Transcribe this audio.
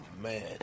man